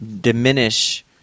diminish